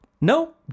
no